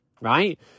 right